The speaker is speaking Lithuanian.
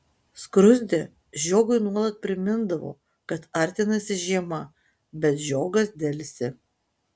skruzdė žiogui nuolat primindavo kad artinasi žiema bet žiogas delsė